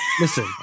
listen